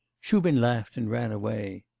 shubin laughed and ran away.